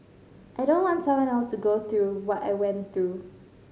I don't want someone else to go through what I went through